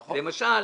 למשל,